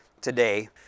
today